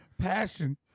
Passion